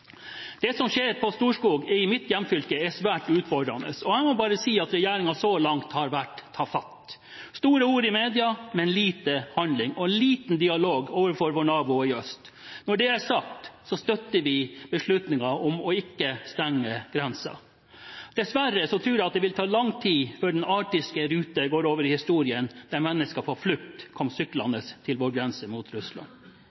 Det som skjer på Storskog i mitt hjemfylke, er svært utfordrende. Jeg må bare si at regjeringen så langt har vært tafatt – store ord i media, men lite handling og liten dialog overfor vår nabo i øst. Når det er sagt, støtter vi beslutningen om ikke å stenge grensen. Dessverre tror jeg det vil ta lang tid før den arktiske ruten går over i historien, der mennesker på flukt kommer syklende til vår grense mot Russland.